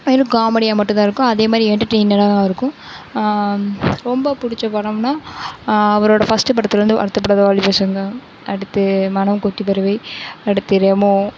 வெறும் காமெடியாக மட்டும்தான் இருக்கும் அதே மாதிரி என்டர்டெயினராக இருக்கும் ரொம்ப பிடிச்ச படம்னால் அவரோடய ஃபஸ்ட்டு படத்தில் வந்து வருத்தப்படாத வாலிபர் சங்கம் அடுத்து மனங்கொத்தி பறவை அடுத்தது ரெமோ